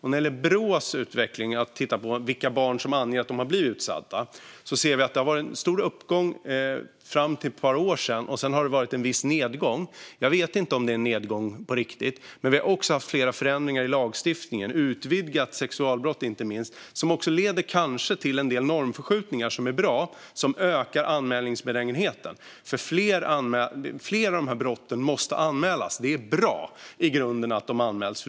I Brås undersökning kan vi se att det fram till för ett par år sedan var en stor uppgång när det gäller vilka barn som anger att de har blivit utsatta. Sedan har det varit en viss nedgång. Jag vet inte om det är en nedgång på riktigt. Det har också gjorts flera förändringar i lagstiftningen, inte minst vad gäller utvidgat sexualbrott. Det kan leda till en del normförskjutningar som är bra. Det ökar anmälningsbenägenheten. Fler av de här brotten måste anmälas. Det är i grunden bra att de anmäls.